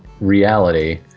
reality